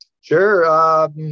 Sure